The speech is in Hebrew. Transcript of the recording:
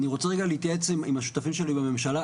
אני רוצה רגע להתייעץ עם השותפים שלי בממשלה.